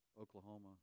Oklahoma